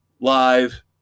live